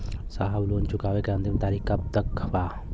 साहब लोन चुकावे क अंतिम तारीख कब तक बा?